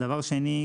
דבר שני,